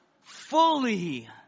fully